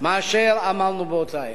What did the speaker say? מאשר כשאמרנו אותם באותה עת.